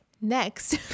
Next